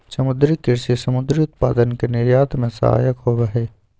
समुद्री कृषि समुद्री उत्पादन के निर्यात में सहायक होबा हई